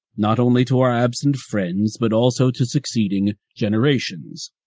not only to our absent friends, but also to succeeding generations.